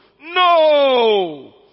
no